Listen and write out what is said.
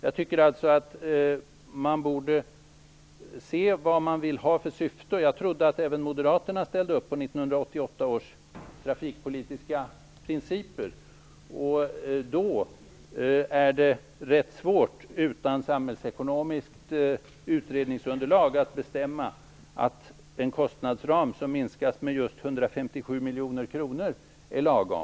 Jag tycker att man borde se vad syftet är. Jag trodde att även Moderaterna ställde sig bakom 1988 års trafikpolitiska principer. Då är det rätt svårt att utan samhällsekonomiskt utredningsunderlag bestämma att den kostnadsram som minskas med 157 miljoner kronor är lagom.